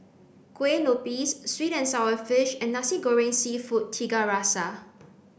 Kuih Lopes sweet and sour fish and nasi goreng seafood tiga rasa